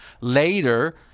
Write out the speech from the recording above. Later